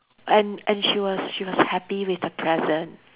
and and she was she was happy with the present